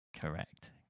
Correct